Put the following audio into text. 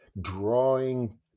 drawing